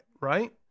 Right